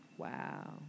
Wow